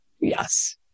Yes